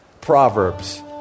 proverbs